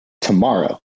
tomorrow